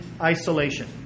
isolation